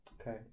Okay